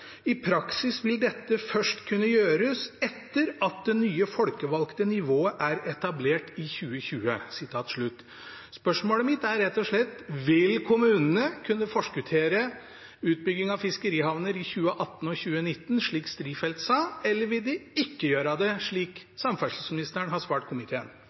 «I praksis vil dette først kunne gjøres etter at det nye folkevalgte nivået er etablert i 2020.» Spørsmålet mitt er rett og slett: Vil kommunene kunne forskuttere utbygging av fiskerihavner i 2018 og 2019, slik Strifeldt sa? Eller vil de ikke gjøre det, slik samferdselsministeren har svart komiteen?